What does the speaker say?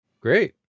Great